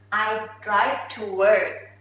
i drive to work.